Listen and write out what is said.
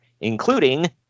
including